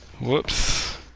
Whoops